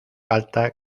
falta